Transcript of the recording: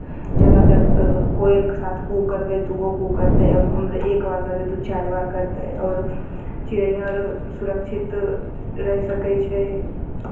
जादातर तऽ कोयलके साथ कू करबै तऽ ओहो कू करतै हमे एक बार करबै तऽ ओ चारि बार करतै आओर चिड़ैयाँ तऽ आर सुरक्षित रहि सकै छै